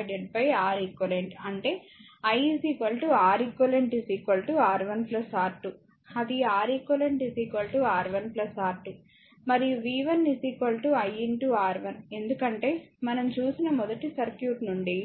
అది R eq R1 R2 మరియు v1 i R1 ఎందుకంటే మనం చూసిన మొదటి సర్క్యూట్ నుండి